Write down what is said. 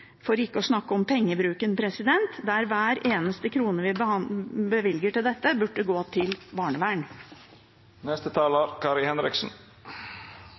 for ikke å snakke om pengebruken. Hver eneste krone vi bevilger til dette, burde gå til